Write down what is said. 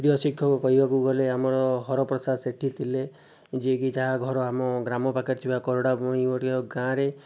ପ୍ରିୟ ଶିକ୍ଷକ କହିବାକୁ ଗଲେ ଆମର ହର ପ୍ରସାଦ ସେଠୀ ଥିଲେ ଯିଏକି ଯାହା ଘର ଆମ ଗ୍ରାମ ପାଖରେ ଥିବା କରଡ଼ାବଣି ଗାଁରେ